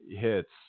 hits